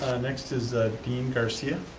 next is dean garcia.